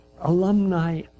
alumni